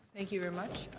thank you very much.